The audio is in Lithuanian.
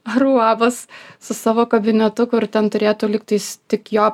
ar uabas su savo kabinetu kur ten turėtų lyg tai tik jo